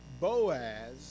Boaz